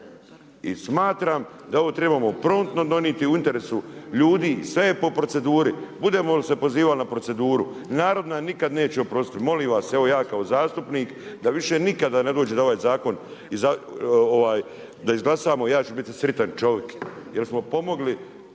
I smatram da ovo trebamo promptno donijeti u interesu ljudi, sve je po proceduri. Budemo li se pozivali na proceduru, narod nam nikada neće oprostiti. Molim vas, evo ja kao zastupnik da više nikada …/Govornik se ne razumije./… da ovaj zakon izglasamo, ja ću biti sretan čovjek jer smo pomogli